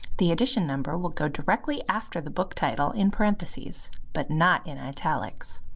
the edition number will go directly after the book title in parentheses but not in italics.